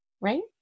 right